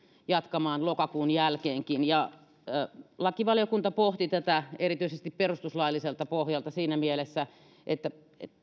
jatkamaan lokakuun jälkeenkin lakivaliokunta pohti tätä erityisesti perustuslailliselta pohjalta siinä mielessä että